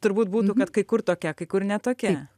turbūt būtų kad kai kur tokia kai kur ne tokia